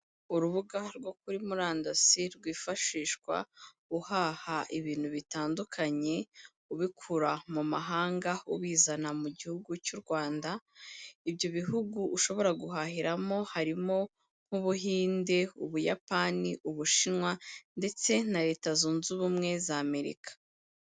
Urubuga rwo kuri murandasi rwifashishwa uhaha ibintu bitandukanye ubikura mu mahanga ubizana mu Gihugu cy'u Rwanda, ibyo bihugu ushobora guhahiramo harimo nk'Ubuhinde, Ubuyapani, Ubushinwa ndetse na Leta Zunze Ubumwe za Amerika.